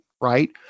Right